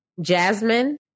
Jasmine